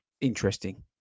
Interesting